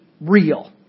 real